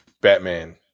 batman